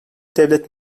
devlet